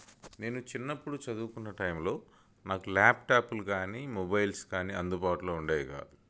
నేను చిన్నప్పుడు చదువుకున్న టైంలో నాకు ల్యాప్టాప్లు గానీ మొబైల్స్ గానీ అందుబాటులో ఉండేవి కావు